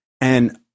And-